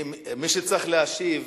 מי שצריך להשיב